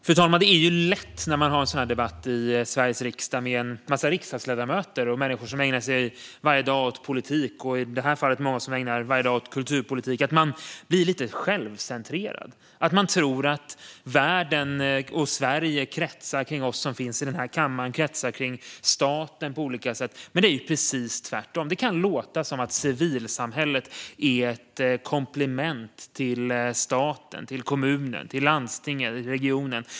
Fru talman! När man för en sådan här debatt i Sveriges riksdag med en massa riksdagsledamöter och människor som ägnar varje dag åt politik, i det här fallet kulturpolitik, är det lätt att man blir lite självcentrerad och tror att världen och Sverige kretsar kring oss i den här kammaren och kring staten på olika sätt. Det är ju precis tvärtom. Det kan låta som att civilsamhället är ett komplement till staten, till kommunen, till landstinget eller regionen.